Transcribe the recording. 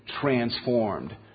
transformed